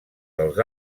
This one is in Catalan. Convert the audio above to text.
dels